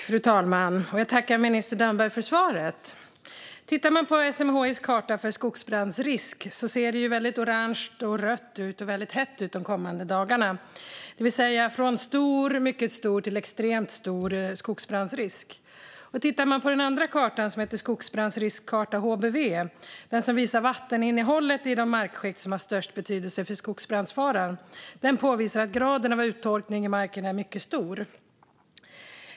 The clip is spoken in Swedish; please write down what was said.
Fru talman! Jag tackar minister Damberg för svaret. På SMHI:s karta för skogsbrandrisk ser det väldigt orangefärgat och rött och väldigt hett ut de kommande dagarna. Det är alltså stor, mycket stor eller extremt stor skogsbrandrisk. Den andra kartan, skogsbrandriskkartan HBV, som visar vatteninnehållet i de markskikt som har störst betydelse för skogsbrandfaran, påvisar att graden av uttorkning i marken är mycket stor.